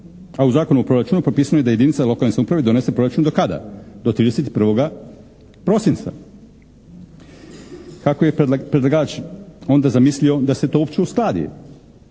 a u Zakonu o proračunu propisano je da jedinice lokalne samouprave donese proračun do kada? Do 31. prosinca. Kako je predlagač onda zamislio da se to uopće uskladi?